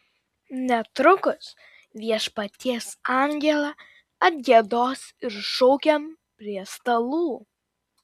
netrukus viešpaties angelą atgiedos ir šaukiam prie stalų